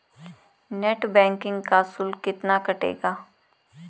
Net banking का शुल्क कितना कटेगा?